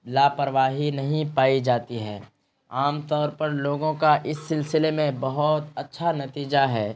لاپرواہی نہیں پائی جاتی ہے عام طور پر لوگوں کا اس سلسلے میں بہت اچھا نتیجہ ہے